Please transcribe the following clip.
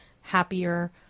happier